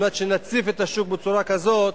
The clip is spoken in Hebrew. כדי שנציף את השוק בצורה כזאת